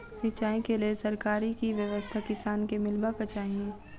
सिंचाई केँ लेल सरकारी की व्यवस्था किसान केँ मीलबाक चाहि?